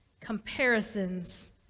Comparisons